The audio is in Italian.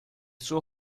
suo